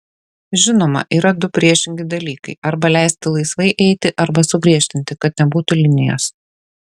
žinoma yra du priešingi dalykai arba leisti laisvai eiti arba sugriežtinti kad nebūtų linijos